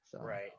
Right